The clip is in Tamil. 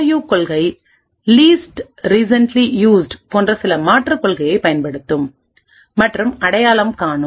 யூ கொள்கை லீஸ்ட் ரிசன்ட்லி யூஸ்டு போன்ற சில மாற்றுக் கொள்கையை செயல்படுத்தும் மற்றும் அடையாளம் காணும்